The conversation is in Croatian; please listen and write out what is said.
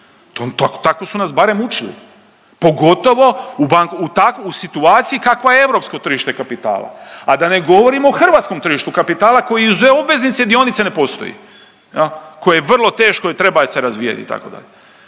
tako su nas barem učili, pogotovo u bank u situaciji kakva je europsko tržište kapitala. A da ne govorim o hrvatskom tržištu kapitala koji uz obveznice i dionice ne postoji, koje je vrlo teško i treba … razvijaju itd.